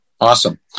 Awesome